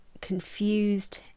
confused